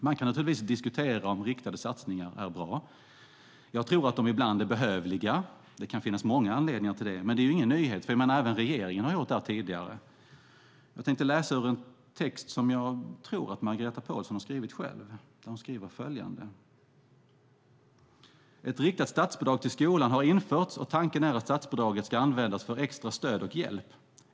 Man kan diskutera om riktade satsningar är bra. Jag tror att de ibland är behövliga. Det kan finnas många anledningar till det, men det är ingen nyhet. Även regeringen har gjort detta tidigare. Jag tänker läsa ur en text som jag tror att Margareta Pålsson har skrivit själv. Det står följande: Ett riktat statsbidrag till skolan har införts, och tanken är att statsbidraget ska användas för extra stöd och hjälp.